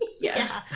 Yes